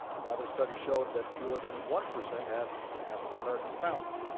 another study showed that fewer than one percent have an african american founder.